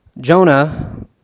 Jonah